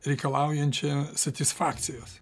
reikalaujančia satisfakcijos